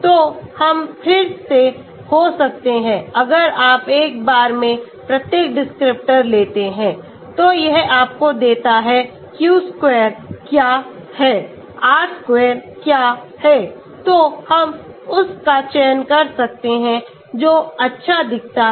तो हम फिर से हो सकते हैं अगर आप एक बार में प्रत्येक डिस्क्रिप्टर लेते हैं तो यह आपको देता है q square क्या है r square क्या है तो हम उस का चयन कर सकते हैं जो अच्छा दिखता है